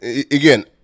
Again